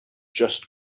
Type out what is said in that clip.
just